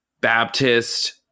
Baptist